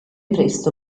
presto